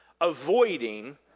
avoiding